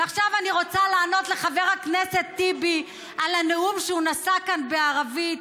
ועכשיו אני רוצה לענות לחבר הכנסת טיבי על הנאום שהוא נשא כאן בערבית,